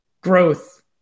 growth